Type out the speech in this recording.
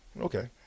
Okay